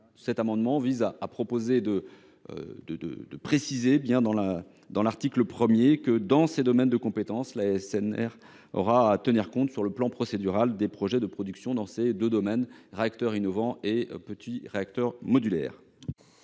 Cet amendement vise à préciser que, dans ses domaines de compétences, l’ASNR aura à tenir compte, sur le plan procédural, des projets de production dans ces deux domaines – réacteurs innovants et petits réacteurs modulaires.